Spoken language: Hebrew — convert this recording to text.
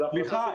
סליחה,